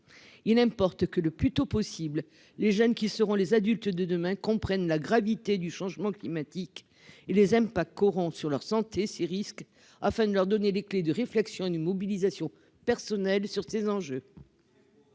il importe que le plus tôt possible, les jeunes qui seront les adultes de demain comprennent la gravité du changement climatique, il les aime pas corrompre sur leur santé, si risque afin de leur donner les clés de réflexion une mobilisation personnelle sur ces enjeux.